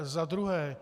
Za druhé.